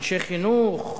אנשי חינוך,